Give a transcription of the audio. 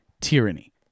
tyranny